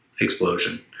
explosion